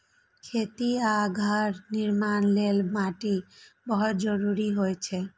खेती आ घर निर्माण लेल माटि बहुत जरूरी होइ छै